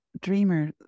dreamer